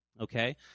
Okay